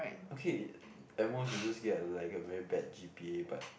okay at most you just get like a very bad g_p_a but